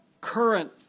current